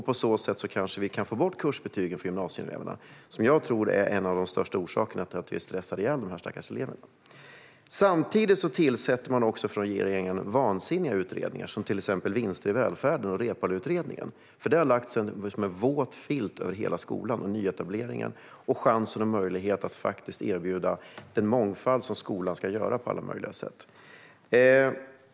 På så sätt kanske vi kan få bort kursbetygen för gymnasieeleverna, som jag tror är en av de största orsakerna till att vi stressar ihjäl de stackars eleverna. Samtidigt tillsätter regeringen vansinniga utredningar, till exempel om vinster i välfärden och Reepaluutredningen. Det har lagt sig som en våt filt över hela skolan och nyetableringen samt möjligheten att erbjuda den mångfald som skolan ska göra på alla möjliga sätt.